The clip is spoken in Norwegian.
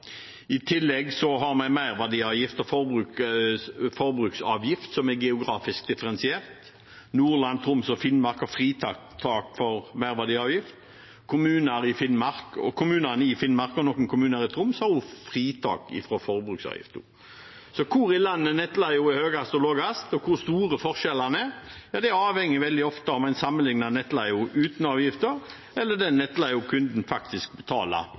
I tillegg har vi merverdiavgift og forbruksavgift, som er geografisk differensiert. Nordland, Troms og Finnmark har fritak for merverdiavgift. Kommunene i Finnmark og noen kommuner i Troms har også fritak fra forbruksavgift. Hvor i landet nettleien er høyest og lavest, og hvor store forskjellene er, avhenger veldig ofte av om man sammenlikner nettleie uten avgifter med den nettleien kunden faktisk betaler,